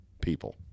people